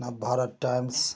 Navbharat times